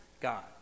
God